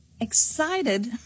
Excited